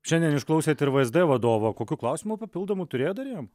šiandien išklausėt ir vsd vadovo kokių klausimų papildomų turėjot dar jam